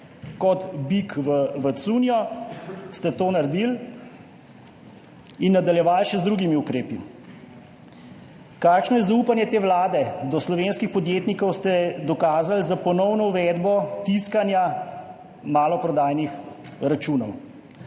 Kot bik v cunjo ste to naredili in nadaljevali še z drugimi ukrepi. Kakšno je zaupanje te vlade do slovenskih podjetnikov, ste dokazali s ponovno uvedbo tiskanja maloprodajnih računov.